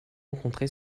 rencontrés